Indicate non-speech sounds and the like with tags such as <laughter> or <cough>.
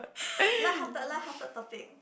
<breath> lighthearted lighthearted topic